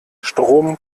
strom